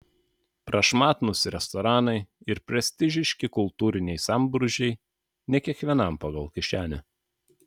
prašmatnūs restoranai ir prestižiški kultūriniai sambrūzdžiai ne kiekvienam pagal kišenę